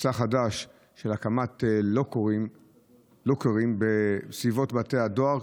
במבצע חדש של הקמת לוקרים בסביבות בתי הדואר,